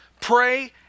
pray